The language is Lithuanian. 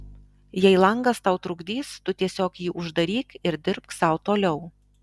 jei langas tau trukdys tu tiesiog jį uždaryk ir dirbk sau toliau